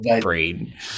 brain